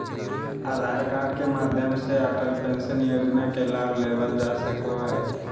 आधार card के माध्यम से अटल पेंशन योजना के लाभ लेवल जा सको हय